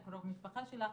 עם קרוב משפחה שלה,